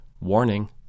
Warning